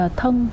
thân